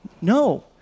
No